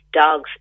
dogs